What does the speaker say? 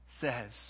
says